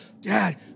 Dad